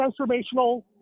transformational